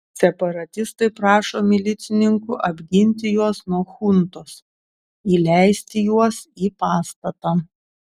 separatistai prašo milicininkų apginti juos nuo chuntos įleisti juos į pastatą